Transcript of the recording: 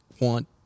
Want